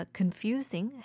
confusing